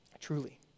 truly